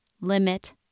limit